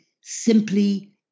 simply